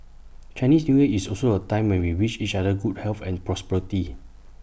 Chinese New Year is also A time when we wish each other good health and prosperity